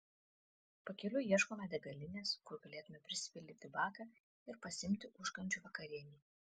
pakeliui ieškome degalinės kur galėtumėme prisipildyti baką ir pasiimti užkandžių vakarienei